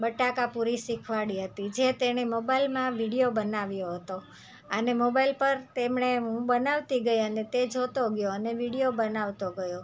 બટાકાપૂરી શીખવાડી હતી જે તેણે મોબાઈલમાં વિડિયો બનાવ્યો હતો અને મોબાઈલ પર તેમણે હું બનાવતી ગઈ અને તે જોતો ગયો અને વિડીયો બનાવતો ગયો